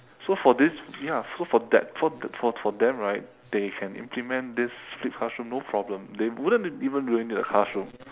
so for this ya so for that for for for them right they can implement this flipped classroom no problem they wouldn't even really need a classroom